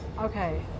Okay